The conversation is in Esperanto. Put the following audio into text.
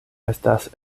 estas